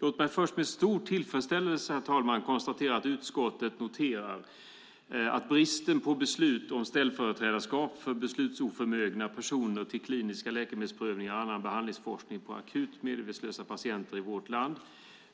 Låt mig först med stor tillfredsställelse, herr talman, konstatera att utskottet noterar bristen på beslut om ställföreträdarskap för beslutsoförmögna personer till kliniska läkemedelsprövningar och annan behandlingsforskning på akut medvetslösa patienter i vårt land,